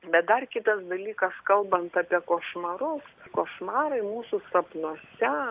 bet dar kitas dalykas kalbant apie košmarus košmarai mūsų sapnuose